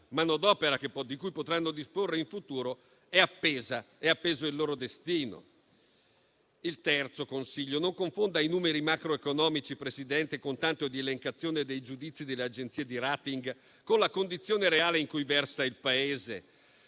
manodopera di cui potranno disporre in futuro è appeso il loro destino. Il terzo consiglio: non confonda i numeri macroeconomici, Presidente, con tanto di elencazione dei giudizi delle agenzie di *rating*, con la condizione reale in cui versa il Paese.